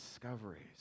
discoveries